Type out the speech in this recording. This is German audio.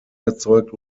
erzeugt